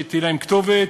שתהיה להם כתובת,